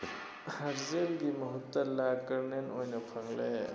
ꯍꯥꯖꯦꯜꯒꯤ ꯃꯍꯨꯠꯇ ꯂꯥ ꯀꯔꯅꯦꯜ ꯑꯣꯏꯅ ꯐꯪꯂꯦ